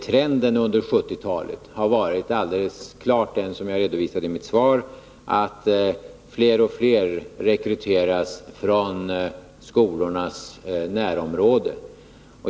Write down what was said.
Trenden under 1970-talet har alldeles klart varit den som jag redovisade i mitt svar, att fler och fler rekryteras från skolornas närområden.